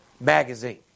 magazine